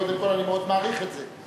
קודם כול, אני מאוד מעריך את זה.